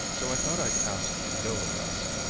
so i thought i'd ask you to go with us.